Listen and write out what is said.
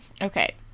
okay